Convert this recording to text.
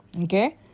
Okay